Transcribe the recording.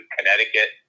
Connecticut